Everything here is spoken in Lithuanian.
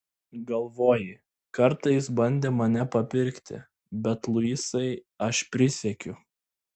galvoji kartą jis bandė mane papirkti bet luisai aš prisiekiu